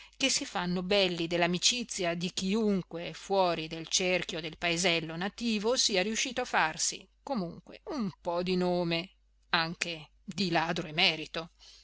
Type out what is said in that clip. che si fanno belli dell'amicizia di chiunque fuori del cerchio del paesello nativo sia riuscito a farsi comunque un po di nome anche di ladro emerito